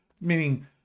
meaning